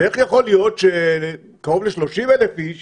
ואיך יכול להיות שקרוב ל-30,000 איש